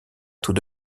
tout